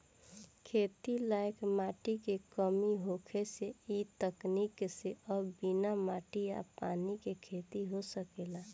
खेती लायक माटी के कमी होखे से इ तकनीक से अब बिना माटी आ पानी के खेती हो सकेला